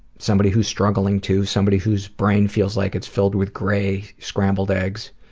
somebody who is struggling to somebody whose brain feels like it's filled with gray scrambled eggs,